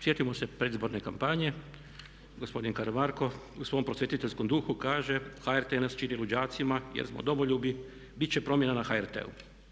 Sjetimo se predizborne kampanje, gospodin Karamarko u svom prosvjetiteljskom duhu kaže HRT nas čini luđacima jer smo domoljubi, bit će promjena na HRT-u.